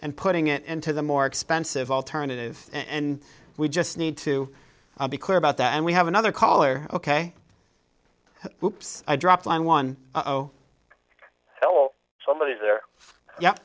and putting it into the more expensive alternative and we just need to be clear about that and we have another caller ok oops i dropped one one